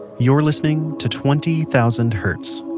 you're listening to twenty thousand hertz.